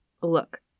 Look